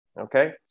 Okay